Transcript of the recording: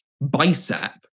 bicep